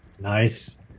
Nice